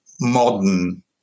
modern